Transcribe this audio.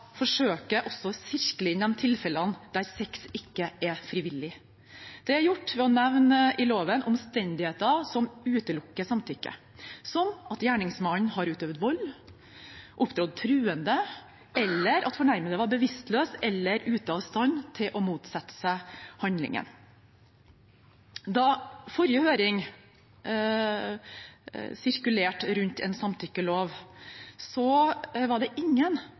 forsøker også å sirkle inn de tilfellene der sex ikke er frivillig. Det er gjort ved å nevne i loven omstendigheter som utelukker samtykke, som at gjerningsmannen har utøvd vold, opptrådt truende, eller at fornærmede var bevisstløs eller ute av stand til å motsette seg handlingen. Da forrige høring rundt en samtykkelov sirkulerte, var det ingen